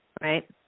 right